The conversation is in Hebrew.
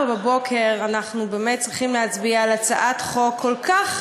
בבוקר אנחנו באמת צריכים להצביע על הצעת חוק כל כך,